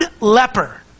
leper